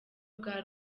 bwa